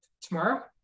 tomorrow